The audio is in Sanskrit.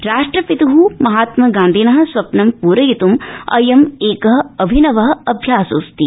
राष्ट्रपित् महात्म गांधिन स्वप्नं प्रयित्म् अयम् एक अभिनव अभ्यासोऽस्ति